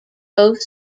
both